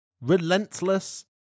relentless